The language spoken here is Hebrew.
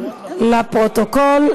לפרוטוקול,